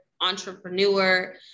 Entrepreneur